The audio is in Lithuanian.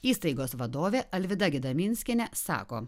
įstaigos vadovė alvyda gedaminskienė sako